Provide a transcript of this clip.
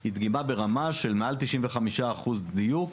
היא דגימה ברמה של מעל 95% דיוק,